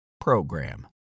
program